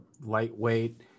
lightweight